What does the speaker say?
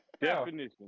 Definition